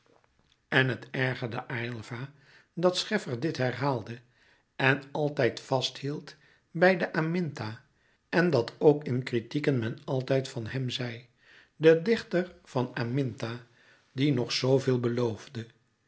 en het ergerde aylva dat scheffer dit herhaalde en altijd vasthield bij de aminta en dat ook in kritieken men altijd van hem zei de dichter van aminta die nog zooveel